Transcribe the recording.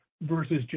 versus